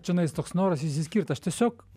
čionais toks noras išsiskirt aš tiesiog